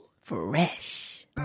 Fresh